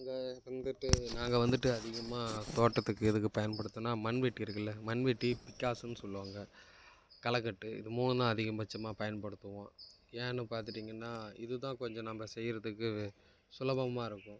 நாங்கள் வந்துட்டு நாங்க வந்துட்டு அதிகமாக தோட்டத்துக்கு எதுக்கு பயன்படுத்துவோம்னா மண்வெட்டி இருக்குல்ல மண்வெட்டி பிக்காஸாம்னு சொல்லுவாங்க களக்கட்டு இது மூணுந்தான் அதிகபட்சமாக பயன்படுத்துவோம் ஏன்னு பார்த்துட்டிங்கனா இது தான் கொஞ்சம் நம்ம செய்கிறதுக்கு சுலபமாக இருக்கும்